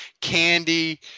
candy